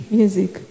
music